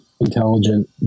intelligent